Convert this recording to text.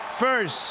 first